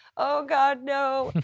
oh, god no!